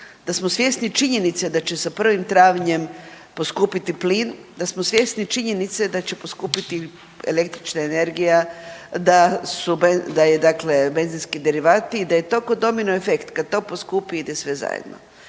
da smo svjesni činjenice da će sa 1. travnjem poskupiti plin, da smo svjesni činjenice da će poskupiti električna energija, da je dakle benzinski derivati i da je to ko domino efekt, kad to poskupi ide sve zajedno.